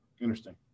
Interesting